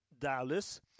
Dallas